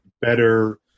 better